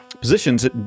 positions